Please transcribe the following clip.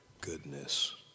goodness